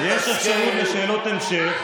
יש אפשרות לשאלות המשך.